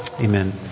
Amen